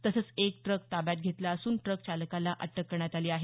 तसंच एक ट्रक ताब्यात घेतला असून ट्रक चालकाला अटक करण्यात आली आहे